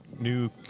New